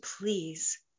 please